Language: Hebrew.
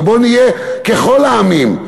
ובוא נהיה ככל העמים.